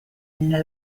della